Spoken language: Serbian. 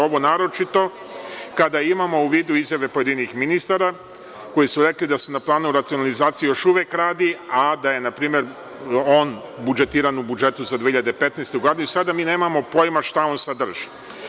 Ovo naročito kada imamo u vidu izjave pojedinih ministara koji su rekli da se na planu racionalizacije još uvek radi, a da je on, na primer, budžetiran u budžetu za 2015. godinu i sada mi nemamo pojma šta on sadrži.